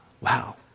Wow